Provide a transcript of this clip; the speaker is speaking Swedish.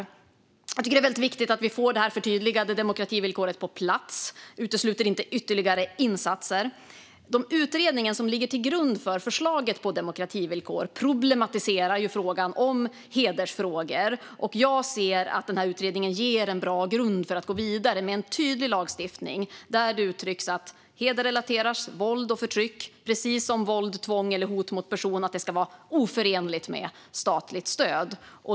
Jag tycker att det är väldigt viktigt att vi får det förtydligade demokrativillkoret på plats. Jag utesluter inte ytterligare insatser. Den utredning som ligger till grund för förslaget till demokrativillkor problematiserar detta med hedersfrågor. Jag ser att denna utredning ger en bra grund för att gå vidare med en tydlig lagstiftning, där det uttrycks att hedersrelaterat våld och förtryck, precis som våld, tvång eller hot mot person, ska vara oförenligt med statligt stöd.